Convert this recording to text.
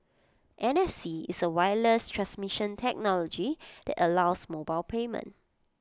N F C is A wireless transmission technology that allows mobile payment